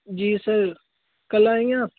جی sir کل آئیں گے آپ